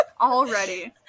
Already